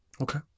Okay